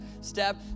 step